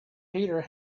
peter